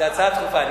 זו הצעה דחופה.